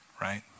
right